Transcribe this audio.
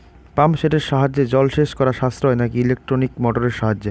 Pump সেটের সাহায্যে জলসেচ করা সাশ্রয় নাকি ইলেকট্রনিক মোটরের সাহায্যে?